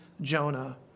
Jonah